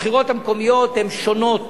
הבחירות המקומיות שונות